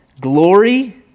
Glory